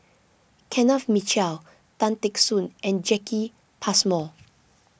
Kenneth Mitchell Tan Teck Soon and Jacki Passmore